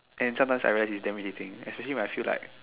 and sometimes I realise it's damn irritating especially when I feel like